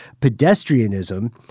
Pedestrianism